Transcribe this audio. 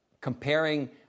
Comparing